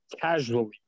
casually